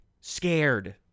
scared